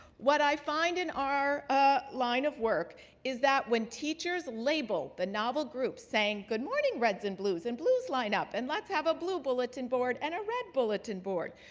what i find in our ah line of work is that when teachers label the novel groups saying, good morning, reds and blues and, blues, line up and, let's have a blue bulletin board and a red bulletin board,